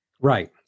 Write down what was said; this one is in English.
Right